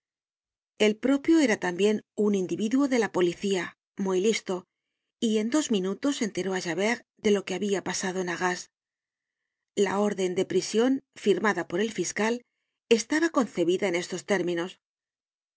el propio era tambien un individuo de la policía muy listo y en dos minutos enteró á javert de lo que habia pasado en arras la orden de prision firmada por el fiscal estaba concebida en estos términos